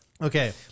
Okay